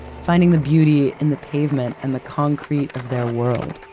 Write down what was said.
finding the beauty in the pavement and the concrete of their world.